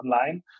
online